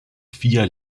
vier